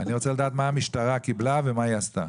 רוצה לדעת מה המשטרה קיבלה ומה היא עשתה.